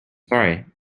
sorry